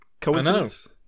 Coincidence